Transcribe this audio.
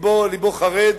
לבו חרד,